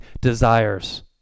desires